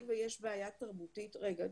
רגע,